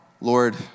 Lord